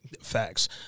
Facts